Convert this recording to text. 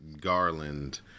Garland